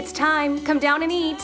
it's time to come down any